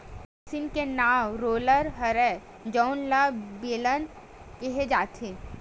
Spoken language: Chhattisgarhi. ए मसीन के नांव रोलर हरय जउन ल बेलन केहे जाथे